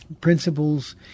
principles